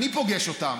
אני פוגש אותם